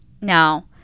Now